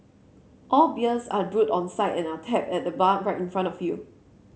all beers are brewed on site and are tapped at the bar right in front of you